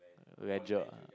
leisure